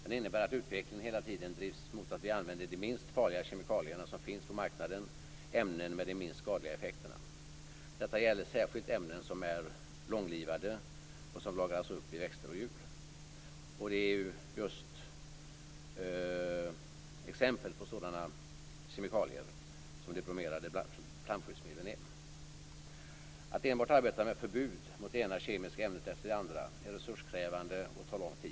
Den innebär att utvecklingen hela tiden drivs mot att vi använder de minst farliga kemikalierna som finns på marknaden, ämnen med de minst skadliga effekterna. Detta gäller särskilt ämnen som är långlivade och som lagras upp i växter och djur. Exempel på sådana kemikalier är just många bromerade flamskyddsmedel. Att enbart arbeta med förbud mot det ena kemiska ämnet efter det andra är resurskrävande och tar lång tid.